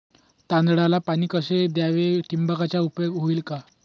तांदळाला पाणी कसे द्यावे? ठिबकचा उपयोग होईल का?